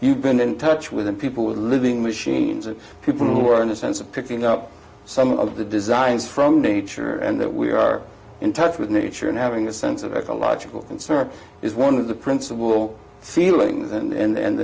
you've been in touch with people with living machines and people who are in a sense of picking up some of the designs from nature and that we are in touch with nature and having a sense of ecological concern is one of the principal feelings and